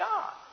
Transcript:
God